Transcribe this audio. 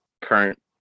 current